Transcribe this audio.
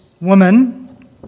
woman